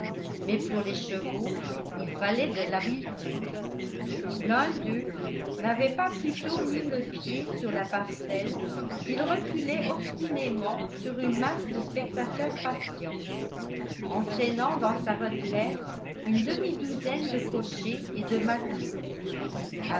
mais pour les chevaux il fallait de l'habileté l'un d'eux n'avait pas plus tôt mis le pied sur la passerelle qu'il reculait obstinément sur une masse de spectateurs patients entraînant dans sa retraite une demi-douzaine de cochers et de matelots